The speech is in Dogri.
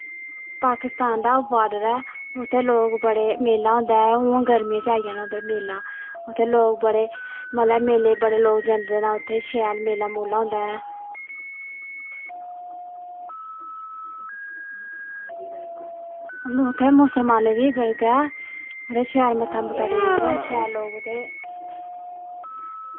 पाकिस्तान दा बार्डर ऐ उत्थै लोग बड़े मेला होंदा ऐ हून गर्मियें च आई जाना उद्धर मेला उत्थै लोग बड़े मतलब मेले गी बड़े लोग जंदे न उत्थै शैल मेला मूला होंदा ऐ उत्थै मुस्लमानें दी दरगाह् ऐ उत्थै शैल मत्था मुत्था टेकदे शैल लोग उत्थै